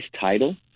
title